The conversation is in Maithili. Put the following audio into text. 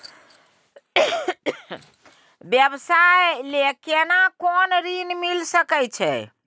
व्यवसाय ले केना कोन ऋन मिल सके छै?